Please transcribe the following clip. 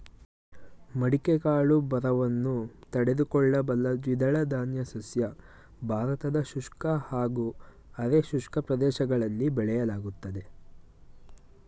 ಮಡಿಕೆ ಕಾಳು ಬರವನ್ನು ತಡೆದುಕೊಳ್ಳಬಲ್ಲ ದ್ವಿದಳಧಾನ್ಯ ಸಸ್ಯ ಭಾರತದ ಶುಷ್ಕ ಹಾಗೂ ಅರೆ ಶುಷ್ಕ ಪ್ರದೇಶಗಳಲ್ಲಿ ಬೆಳೆಯಲಾಗ್ತದೆ